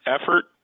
effort